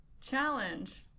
Challenge